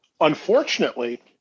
unfortunately